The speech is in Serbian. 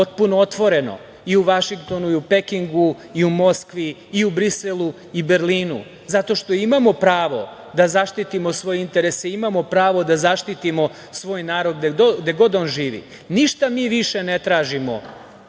potpuno otvoreno, i u Vašingtonu i u Pekingu i u Moskvi i u Briselu i Berlinu, zato što imamo pravo da zaštitimo svoje interese, imamo pravo da zaštitimo svoj narod gde god on živi. Ništa mi više ne tražimo